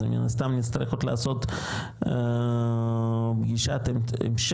אז מן הסתם אני אצטרך לעשות פגישת המשך